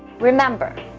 remember,